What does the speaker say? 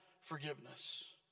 forgiveness